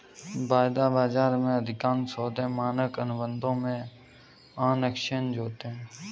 वायदा बाजार में, अधिकांश सौदे मानक अनुबंधों में ऑन एक्सचेंज होते हैं